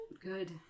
Good